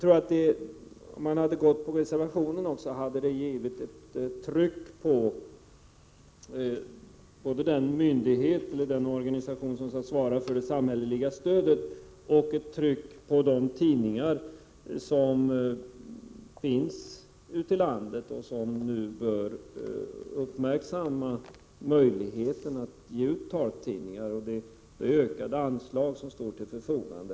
Om man hade följt reservationens förslag, hade det skapat ett tryck både på den organisation som svarar för det samhälleliga stödet och på de tidningar som finns ute i landet, vilka nu bör uppmärksamma möjligheten att ge ut taltidningar med hjälp av det ökade anslaget som står till förfogande.